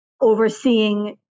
overseeing